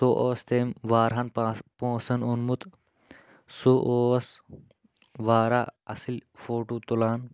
سُہ اوس تٔمۍ واریاہن پاس پونٛسن اوٚنمُت سُہ اوس واریاہ اصٕلۍ فوٹوٗ تُلان